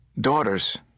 Daughters